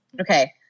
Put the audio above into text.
Okay